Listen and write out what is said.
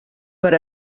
per